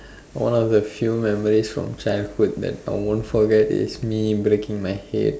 one of the few memories from childhood that I won't forget is me breaking my head